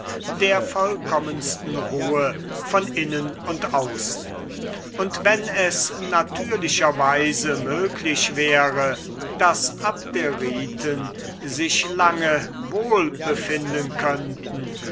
der vollkommensten ruhe von innen und außen und wenn es natürlicherweise möglich wäre daß abderiten sich lange wohl befinden könnten